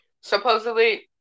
Supposedly